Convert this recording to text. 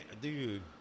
Dude